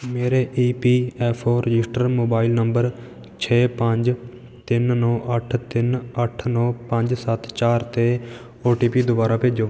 ਮੇਰੇ E P F O registered mobile number ਛੇ ਪੰਜ ਤਿੰਨ ਨੌਂ ਅੱਠ ਤਿੰਨ ਅੱਠ ਨੌਂ ਪੰਜ ਸੱਤ ਚਾਰ 'ਤੇ ਓ ਟੀ ਪੀ ਦੁਬਾਰਾ ਭੇਜੋ